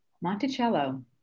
Monticello